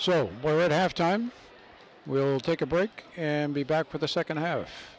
so we're at halftime we'll take a break and be back for the second ha